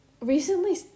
recently